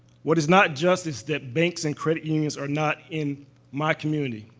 what is not just is that banks and credit unions are not in my community.